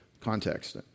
context